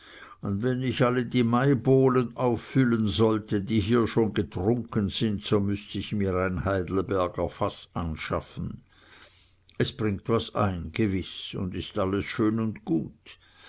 und wenn ich all die maibowlen auffüllen sollte die hier schon getrunken sind so müßt ich mir ein heidelberger faß anschaffen es bringt was ein gewiß und ist alles schön und gut